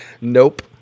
nope